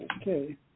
Okay